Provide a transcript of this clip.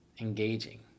engaging